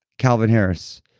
calvin harris,